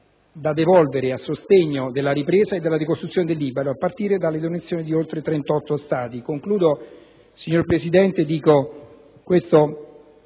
da devolvere a sostegno della ripresa e della ricostruzione in Libano, a partire dalle donazioni di oltre 38 Stati. Concludo, signor Presidente, dicendo